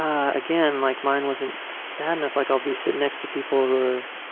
ah again, like mine wasn't bad enough. like i'll be sitting next to people who are